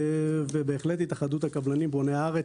ובהחלט התאחדות הקבלנים בוני הארץ,